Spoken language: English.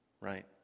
right